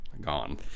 Gone